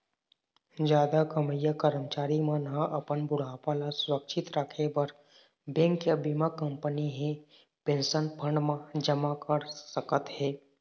जादा कमईया करमचारी मन ह अपन बुढ़ापा ल सुरक्छित राखे बर बेंक या बीमा कंपनी हे पेंशन फंड म जमा कर सकत हे